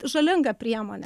žalinga priemonė